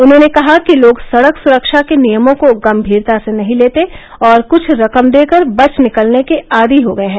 उन्होंने कहा कि लोग सड़क सुरक्षा के नियमों को गंभीरता से नहीं लेते और कुछ रकम देकर बच निकलने के आदी हो गए हैं